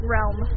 realm